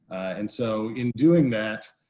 and so in doing that,